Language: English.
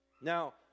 Now